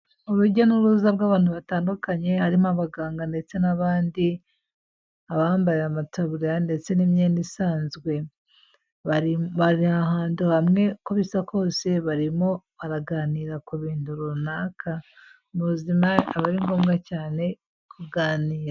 Urujya n'uruza rw'abantu batandukanye harimo abaganga ndetse n'abandi, abambaye amataburiya ndetse n'imyenda isanzwe. Bari ahantu hamwe uko bisa kose barimo baraganira ku bintu runaka. Mu buzima akaba ari ngombwa cyane kuganira.